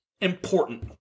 important